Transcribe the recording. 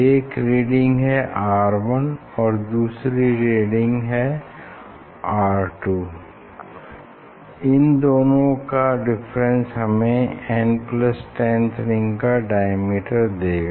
एक रीडिंग है R1 और दूसरी है R2 इन दोनों का डिफरेंस हमें n10th रिंग का डायमीटर देगा